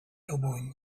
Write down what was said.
elbowing